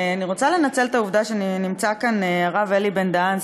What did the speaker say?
אני רוצה לנצל את העובדה שנמצא כאן הרב אלי בן-דהן,